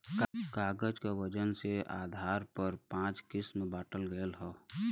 कागज क वजन के आधार पर पाँच किसम बांटल गयल हौ